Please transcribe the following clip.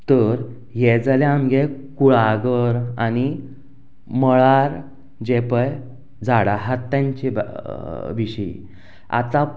तर हें जालें आमगें कुळागर आनी मळार जे पय झाडां आहात तेंकां तेंच्या विशयी